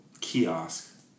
kiosk